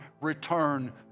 return